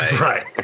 Right